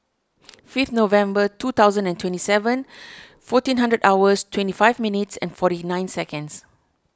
fifth November two thousand and twenty seven fourteen hours twenty five minutes and forty nine seconds